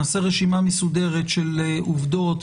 נעשה רשימה מסודרת של עובדות,